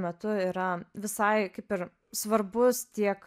metu yra visai kaip ir svarbus tiek